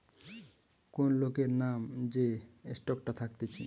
কোন লোকের নাম যে স্টকটা থাকতিছে